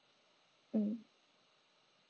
mm